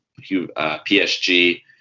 PSG